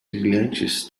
brilhantes